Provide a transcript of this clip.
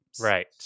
right